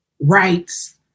rights